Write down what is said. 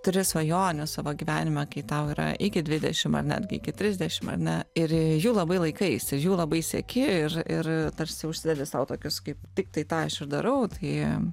turi svajonių savo gyvenimą kai tau yra iki dvidešim ar netgi iki trisdešim ar ne ir jų labai laikaisi ir jų labai sieki ir ir tarsi užsidedi sau tokius kaip tik tai tą aš ir darau tai